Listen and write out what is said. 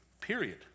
period